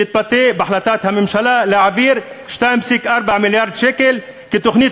שהתבטא בהחלטת הממשלה להעביר 2.4 מיליארד שקל כתוכנית